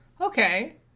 Okay